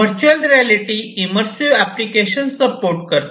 virtual reality immersive applications support करते